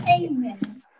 Amen